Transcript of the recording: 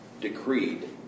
decreed